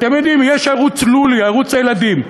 אתם יודעים, יש ערוץ "לולי", ערוץ הילדים.